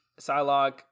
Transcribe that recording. Psylocke